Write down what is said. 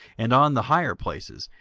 and on the higher places,